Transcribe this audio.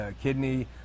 kidney